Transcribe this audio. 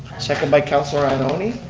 second by councillor anomy.